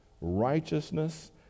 righteousness